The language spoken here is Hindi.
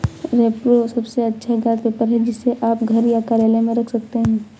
रेप्रो सबसे अच्छा ज्ञात पेपर है, जिसे आप घर या कार्यालय में रख सकते हैं